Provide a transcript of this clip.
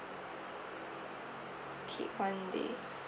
okay one day